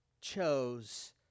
chose